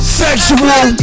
sexual